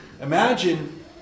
Imagine